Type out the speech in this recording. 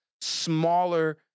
smaller